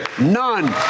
None